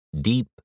Deep